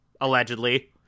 allegedly